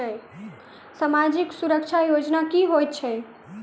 सामाजिक सुरक्षा योजना की होइत छैक?